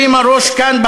הרימה ראש כאן,